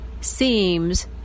seems